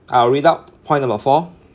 I'll read out point number four